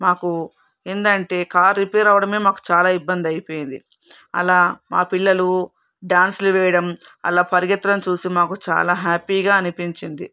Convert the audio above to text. మాకు ఏందంటే car repair అవ్వడమే మాకు చాలా ఇబ్బంది అయిపోయింది అలా మా పిల్లలు డ్యాన్సులు వేయడం అలా పరిగెత్తడం చూసి మాకు చాలా హ్యాపీగా అనిపించింది